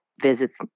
visits